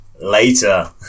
later